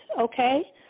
Okay